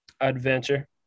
Adventure